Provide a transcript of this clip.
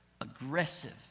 aggressive